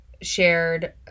shared